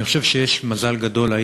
יש לך דקה.